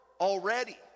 already